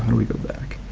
and we go back?